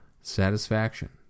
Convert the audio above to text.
satisfaction